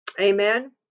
amen